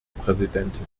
präsidentin